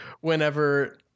whenever